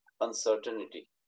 uncertainty